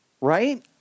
Right